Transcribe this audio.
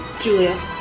Julia